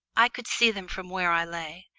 i could see them from where i lay,